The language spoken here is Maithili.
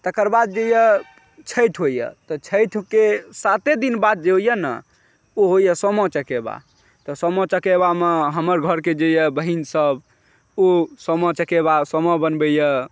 ओकर बाद जे यऽ छठि होइया तऽ छठिके साते दिन बाद जे होइया ने ओ होइया सामा चकेबा तऽ सामा चकेबामे हमर घरके जे यऽ बहिनसभ ओ सामा चकेबा सामा बनबै यऽ